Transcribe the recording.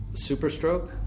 Superstroke